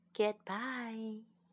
goodbye